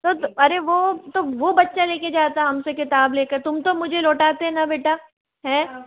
तो अरे वो तो वो बच्चा लेके जाता हम से किताब लेके तुम तो मुझे लौटाते ना बेटा हैं